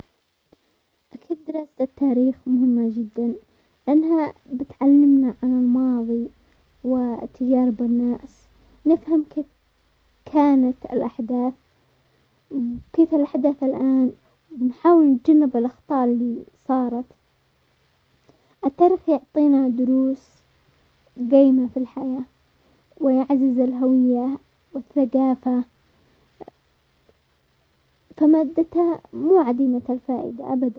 اكيد دراسة التاريخ مهمة جدا، لانها بتعلمنا عن الماضي وتجارب الناس، نفهم كيف كانت الاحداث، كيف الاحداث الان، نحاول نتجنب الاخطاء اللي صارت، التاريخ يعطينا دروس قيمة في الحياة ويعزز الهوية والثقافة، فمادتها مو عديمة الفائدة ابدا.